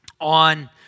on